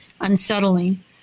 unsettling